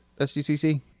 SGCC